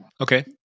Okay